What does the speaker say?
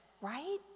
right